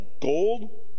gold